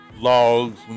logs